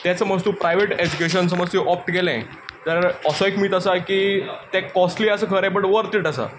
तेंच समज तूं प्रायवेट एज्युकेशन समज तूं ऑप्ट केलें जाल्यार असो एक मीथ आसा की तें कॉस्टली आसा खरें बट वर्थ इट आसा